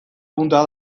punta